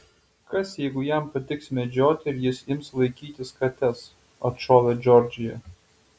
kas jeigu jam patiks medžioti ir jis ims vaikytis kates atšovė džordžija